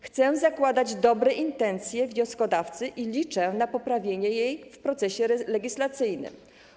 Chcę zakładać dobre intencje wnioskodawcy i liczę na poprawienie jej w procesie legislacyjnym.